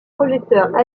projecteurs